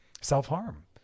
self-harm